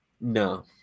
No